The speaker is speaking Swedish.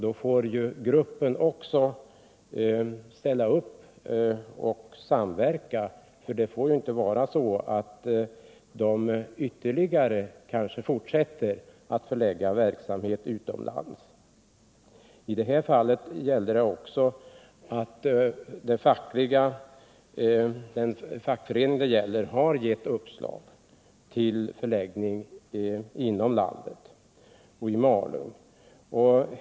Då får gruppen också ställa upp och samverka. Det får inte vara så att företaget fortsätter att förlägga verksamhet utomlands. I det här fallet har vederbörande fackförening gett uppslag om utläggning av arbetet inom landet — i Malung.